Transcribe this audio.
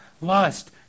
Lust